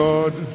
God